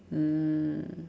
mm